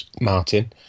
Martin